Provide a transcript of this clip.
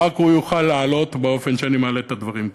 רק הוא יוכל לעלות באופן שאני מעלה את הדברים כאן.